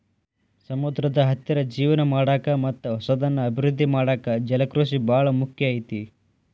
ಸಮುದ್ರದ ಹತ್ತಿರ ಜೇವನ ಮಾಡಾಕ ಮತ್ತ್ ಹೊಸದನ್ನ ಅಭಿವೃದ್ದಿ ಮಾಡಾಕ ಜಲಕೃಷಿ ಬಾಳ ಮುಖ್ಯ ಐತಿ